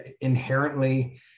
inherently